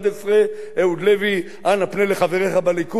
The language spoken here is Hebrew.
אנא פנה לחבריך בליכוד ותגיד להם להצביע אתנו.